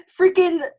freaking